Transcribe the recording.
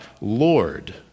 Lord